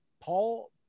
Paul